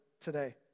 today